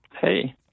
Hey